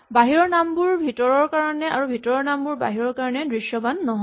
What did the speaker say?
বাহিৰৰ নামবোৰ ভিতৰৰ কাৰণে আৰু ভিতৰৰ নামবোৰ বাহিৰৰ কাৰণে দৃশ্যমান নহয়